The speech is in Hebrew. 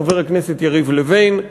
חבר הכנסת יריב לוין,